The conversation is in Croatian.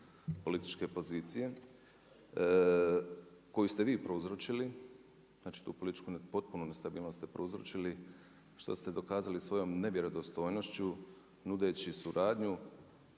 političke pozicije koju ste vi prouzročili, znači tu političku potpunu nestabilnost ste prouzročili, što ste dokazali svojom nevjerodostojnošću nudeći suradnju